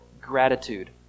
gratitude